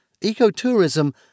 ecotourism